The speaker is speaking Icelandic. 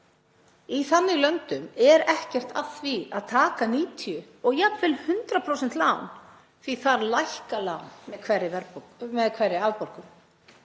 Í þannig löndum er ekkert að því að taka 90 og jafnvel 100% lán því þar lækka lán með hverri afborgun.